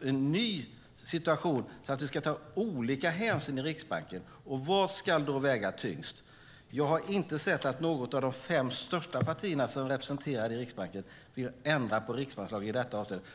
en ny situation där olika hänsyn ska tas i Riksbanken. Vad ska väga tyngst? Jag har inte sett att något av de fem största partierna, som är representerade i Riksbanken, vill ändra på riksbankslagen i detta avseende.